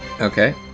Okay